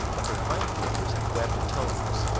but their hind flippers have webbed toes.